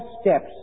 steps